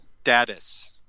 Status